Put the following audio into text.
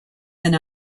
and